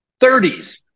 30s